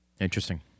Interesting